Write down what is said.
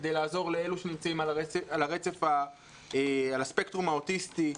כדי לעזור לאלה שנמצאים על הספקטרום האוטיסטי.